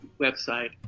website